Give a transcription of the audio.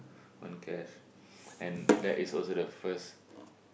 on cash and that is also the first